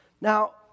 Now